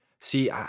See